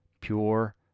pure